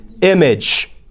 Image